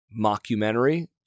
mockumentary